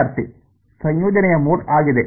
ವಿದ್ಯಾರ್ಥಿ ಸಂಯೋಜನೆಯ ಮೋಡ್ ಆಗಿದೆ